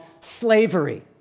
slavery